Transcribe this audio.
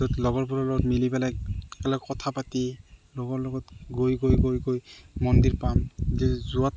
য'ত লগৰবোৰৰ লগত মিলি পেলাই একেলগ কথা পাতি লগৰ লগত গৈ গৈ গৈ গৈ মন্দিৰ পাম যে যোৱাত